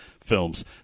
films